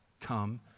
come